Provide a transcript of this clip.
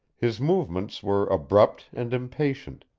his movements were abrupt and impatient,